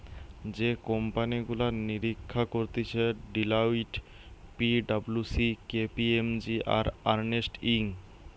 যে কোম্পানি গুলা নিরীক্ষা করতিছে Deloitte, P W C, K P M G, আর আর্নেস্ট ইয়ং